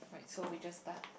so we just start